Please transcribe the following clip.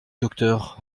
docteur